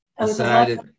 decided